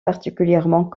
particulièrement